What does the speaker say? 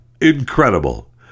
incredible